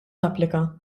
tapplika